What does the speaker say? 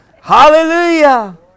Hallelujah